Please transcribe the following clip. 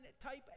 type